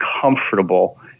comfortable